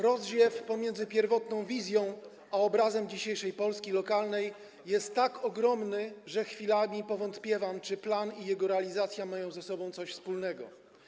Rozziew pomiędzy pierwotną wizją a obrazem dzisiejszej Polski lokalnej jest tak ogromny, że chwilami powątpiewam, czy plan i jego realizacja mają ze sobą coś wspólnego.